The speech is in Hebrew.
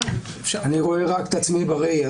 אני רואה רק את עצמי בראי,